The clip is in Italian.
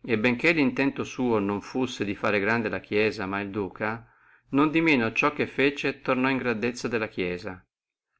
e benché lo intento suo non fussi fare grande la chiesia ma il duca nondimeno ciò che fece tornò a grandezza della chiesia